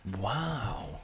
Wow